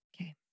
Okay